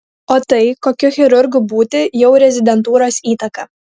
o tai kokiu chirurgu būti jau rezidentūros įtaka